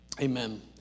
Amen